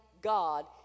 God